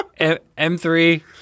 M3